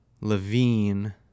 Levine